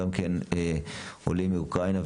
גם עולים מאוקראינה,